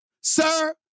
sir